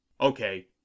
Okay